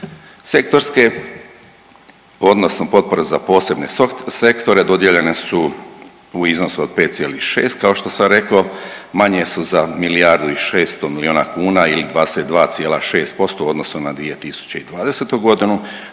Sektorske odnosno potpore za posebne sektore dodijeljene su u iznosu od 5,6 kao što sam reko manje su za milijardu i 600 milijuna kuna ili 22,6% u odnosu na 2020.g.